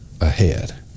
ahead